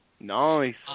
nice